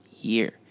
year